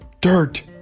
Dirt